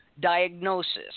diagnosis